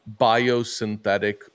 biosynthetic